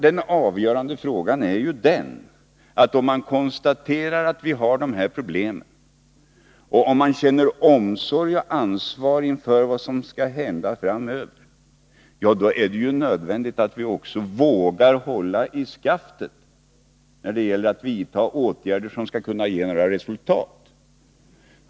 Den avgörande frågan är ju denna: om man konstaterar att vi har dessa problem och om man känner omsorg och ansvar inför vad som skall hända framöver, är det nödvändigt att vi också vågar hålla i skaftet när det gäller att vidta åtgärder som skall kunna ge några resultat.